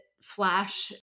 flash